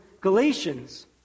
galatians